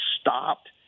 stopped